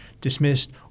dismissed